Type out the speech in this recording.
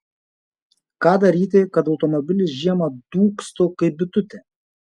ką daryti kad automobilis žiemą dūgztų kaip bitutė